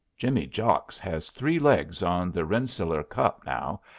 jimmy jocks has three legs on the rensselaer cup now,